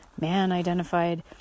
man-identified